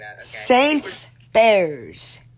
Saints-Bears